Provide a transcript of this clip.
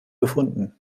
gefunden